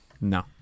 No